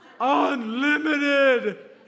Unlimited